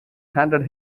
handed